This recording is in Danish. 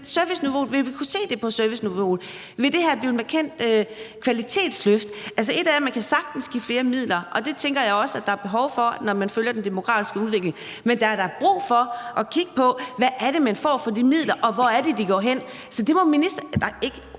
i kommunerne. Vil vi kunne se det på serviceniveauet? Vil det her blive et markant kvalitetsløft? Et er, at man sagtens kan give flere midler, og det tænker jeg også der er behov for, når man følger den demografiske udvikling. Men der er da brug for at kigge på, hvad det er, man får for de midler, og hvor det er, de går hen. Det må ministeren,